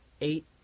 Eight